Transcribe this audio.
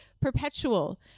Perpetual